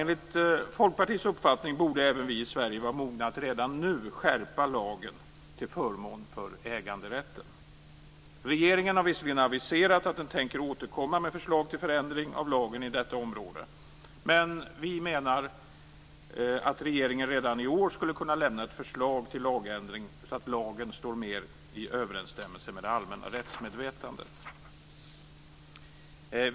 Enligt Folkpartiets uppfattning borde även vi i Sverige vara mogna att redan nu skärpa lagen till förmån för äganderätten. Regeringen har visserligen aviserat att den tänker återkomma med förslag till förändring av lagen inom detta område, men vi menar att regeringen redan i år skulle kunna lämna ett förslag till lagändring så att lagen mer står i överensstämmelse med det allmänna rättsmedvetandet.